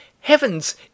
heavens